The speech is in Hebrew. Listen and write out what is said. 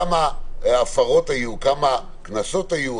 כמה הפרות היו, כמה קנסות היו,